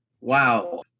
Wow